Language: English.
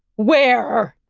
where?